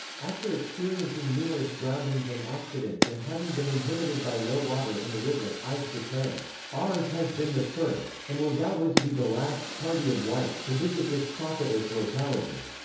after experiencing numerous groundings and accidents and having been inhibited by low water in the river, ives declared ours has been the first, and will doubtless be the last, party of whites to visit this profitless locality.